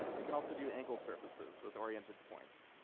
it can also do angled surfaces with oriented points,